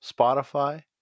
Spotify